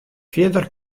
fierder